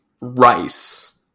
Rice